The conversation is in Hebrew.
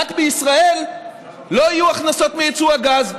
רק בישראל לא יהיו הכנסות מיצוא הגז.